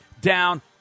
down